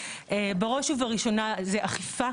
שבראש ובראשונה זה אכיפה.